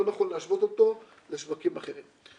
לא נכון להשוות אותו לשווקים אחרים.